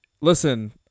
listen